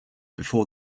before